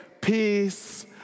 peace